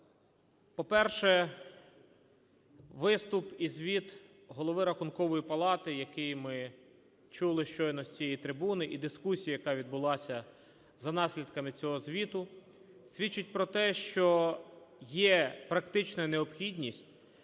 По-перше, виступ і звіт Голови Рахункової палати, який ми чули щойно з цієї трибуни, і дискусії, яка відбулася за наслідками цього звіту, свідчить про те, що є практична необхідність,